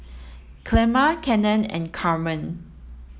Clemma Cannon and Carmen